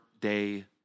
day